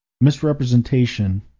misrepresentation